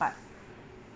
but